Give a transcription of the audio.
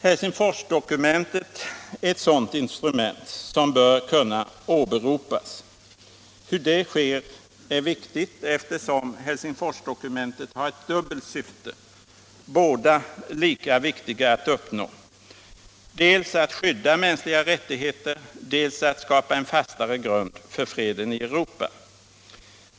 Helsingforsdokumentet är ett sådant instrument, som bör kunna åberopas. Hur det sker är viktigt, eftersom Helsingforsdokumentet har två syften, båda lika viktiga att uppnå: dels att skydda mänskliga rättigheter, dels att skapa en fastare grund för freden i Europa.